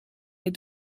les